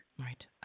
Right